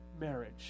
marriage